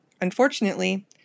Unfortunately